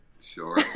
Sure